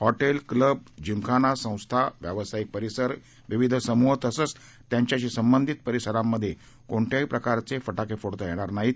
hotel club gymkhana संस्था व्यवसायिक परिसर विविध समूह तसंच त्यांच्याशी संबंधित परिसरांमध्ये कोणत्याही प्रकारचे फटाके फोडता येणार नाहीत